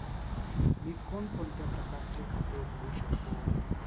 मी कोणकोणत्या प्रकारचे खाते उघडू शकतो?